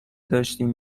داشتیم